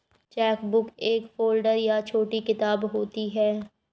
chequebook एक folder या छोटी किताब होती है